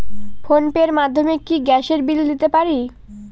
Phone pay র মাধ্যমে কি গ্যাসের বিল দিতে পারি?